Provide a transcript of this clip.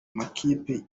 makipe